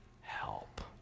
help